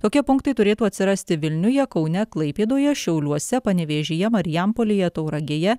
tokie punktai turėtų atsirasti vilniuje kaune klaipėdoje šiauliuose panevėžyje marijampolėje tauragėje